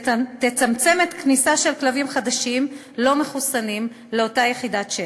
שתצמצם את הכניסה של כלבים חדשים לא מחוסנים לאותה יחידת שטח.